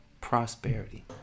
prosperity